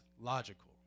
logical